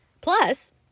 Plus